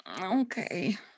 Okay